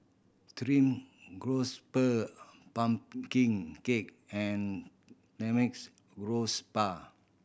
stream pumpkin cake and garoupa